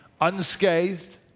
unscathed